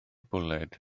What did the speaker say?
bwled